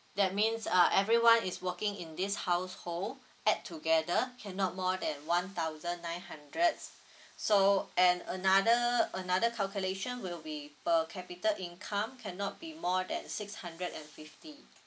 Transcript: that means uh everyone is working in this household add together cannot more than one thousand nine hundred so and another another calculation will be per capita income cannot be more than six hundred and fifty